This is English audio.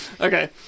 Okay